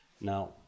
Now